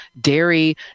dairy